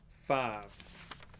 Five